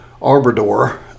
Arbador